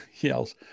yells